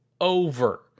over